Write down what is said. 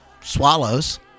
swallows